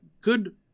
good